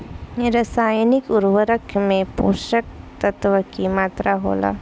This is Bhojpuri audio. रसायनिक उर्वरक में पोषक तत्व की मात्रा होला?